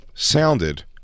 Sounded